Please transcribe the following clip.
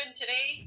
today